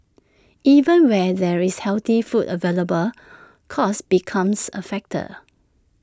even where there is healthy food available cost becomes A factor